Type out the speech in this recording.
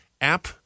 app